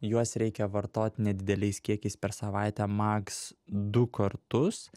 juos reikia vartot nedideliais kiekiais per savaitę maks du kartus